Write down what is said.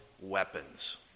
weapons